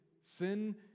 sin